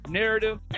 narrative